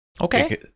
Okay